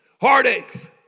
Heartaches